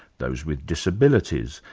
those with disabilities,